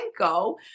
panko